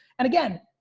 and again,